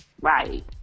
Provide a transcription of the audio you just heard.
right